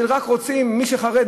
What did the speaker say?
שרק רוצים שמי שחרדי,